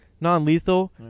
Non-lethal